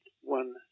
one